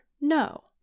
no